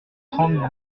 trente